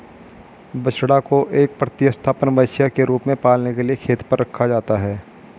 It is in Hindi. बछड़ा को एक प्रतिस्थापन बछिया के रूप में पालने के लिए खेत पर रखा जाता है